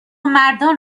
مردان